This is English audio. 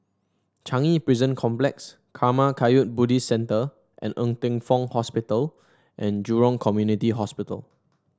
Changi Prison Complex Karma Kagyud Buddhist Centre and Ng Teng Fong Hospital and Jurong Community Hospital